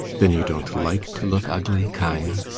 then you don't like to look ugly, kaia?